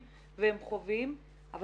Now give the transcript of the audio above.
ברשותכם,